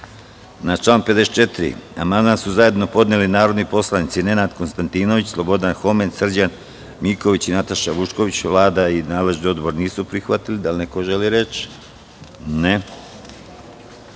član 54. amandman su zajedno podneli narodni poslanici Nenad Konstantinović, Slobodan Homen, Srđan Miković i Nataša Vučković. Vlada i nadležni odbor nisu prihvatili ovaj amandman. Da li neko želi reč?